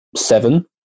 seven